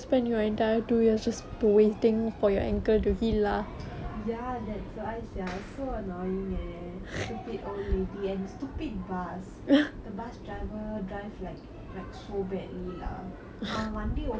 ya that's why sia so annoying eh stupid old lady and stupid bus the bus driver drive like like so badly lah ah அவன் வண்டி ஓட்டுறானா என்னனு தெரியிலே:avan vandi otturaanaa ennathu theriyilllae driving license எல்லாம் எங்க வாங்கினானே தெரியிலே:ellaam enga vaanginaane theriyilae